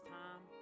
time